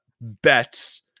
bets